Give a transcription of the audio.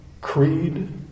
Creed